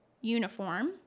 uniform